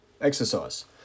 exercise